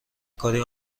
کاری